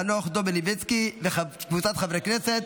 חנוך דב מלביצקי וקבוצת חברי הכנסת,